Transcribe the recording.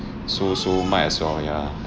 so so might as well ya